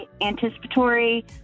anticipatory